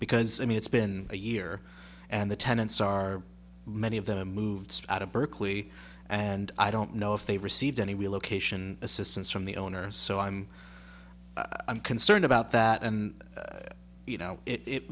because i mean it's been a year and the tenants are many of them moved out of berkeley and i don't know if they've received any relocation assistance from the owners so i'm concerned about that and you know it